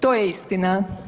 To je istina.